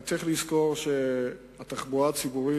רק צריך לזכור שהתחבורה הציבורית,